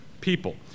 people